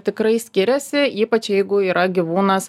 tikrai skiriasi ypač jeigu yra gyvūnas